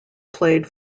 played